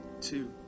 Two